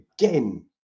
again